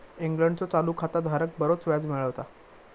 इंग्लंडचो चालू खाता धारक बरोच व्याज मिळवता